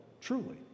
truly